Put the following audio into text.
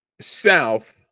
south